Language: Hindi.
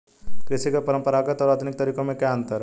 कृषि के परंपरागत और आधुनिक तरीकों में क्या अंतर है?